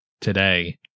today